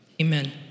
amen